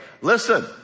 Listen